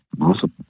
Awesome